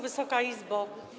Wysoka Izbo!